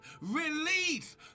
release